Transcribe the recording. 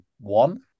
one